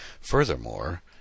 Furthermore